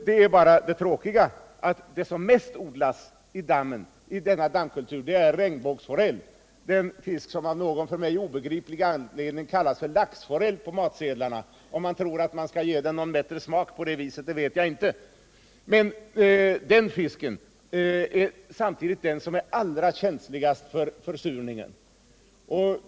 Det tråkiga är bara att det som mest odlas i denna dammkultur är regnbågsforell, den fisk som av någon för mig obegriplig anledning kallas för laxforell på matsedlarna. Jag vet inte om man tror att man kan ge den en bättre smak på det viset. Den fisken är samtidigt den som är allra känsligast för försurning.